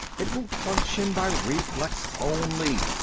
it will function by reflex only.